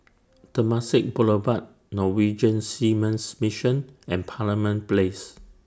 Temasek Boulevard Norwegian Seamen's Mission and Parliament Place